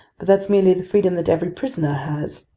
but that's merely the freedom that every prisoner has,